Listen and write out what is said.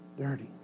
dirty